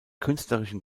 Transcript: künstlerischen